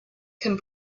can